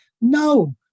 No